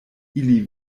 ili